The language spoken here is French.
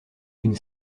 d’une